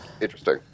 Interesting